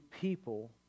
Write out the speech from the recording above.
people